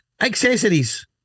accessories